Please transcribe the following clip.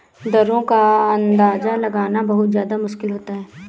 दरों का अंदाजा लगाना बहुत ज्यादा मुश्किल होता है